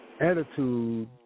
attitude